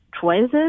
choices